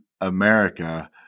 America